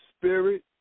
spirit